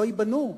שלא ייבנו,